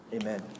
Amen